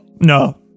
No